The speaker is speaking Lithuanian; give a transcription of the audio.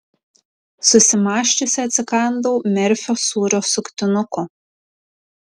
susimąsčiusi atsikandau merfio sūrio suktinuko